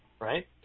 right